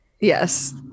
Yes